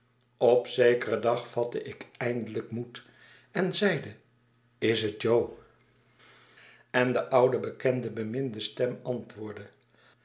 op zekeren dag vatte ik eindelijk moed en zeide is het jo en de oude bekende beminde stem antwoordde